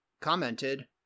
commented